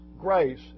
grace